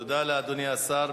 תודה לאדוני השר.